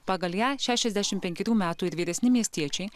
pagal ją šešiasdešimt penkerių metų ir vyresni miestiečiai